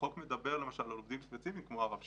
החוק מדבר על עובדים ספציפיים, למשל הרבש"צים.